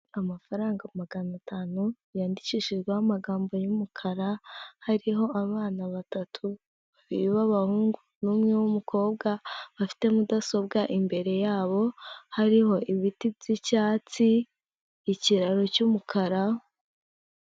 Amafaranga magana atanu yandikishijweho amagambo y'umukara, hariho abana batatu, babiri b'abahungu n'umwe w'umukobwa bafite mudasobwa imbere yabo, hariho ibiti by'icyatsi, ikiraro cy'umukara.